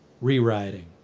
Rewriting